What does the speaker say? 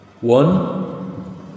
one